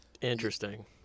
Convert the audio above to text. interesting